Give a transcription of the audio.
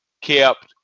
kept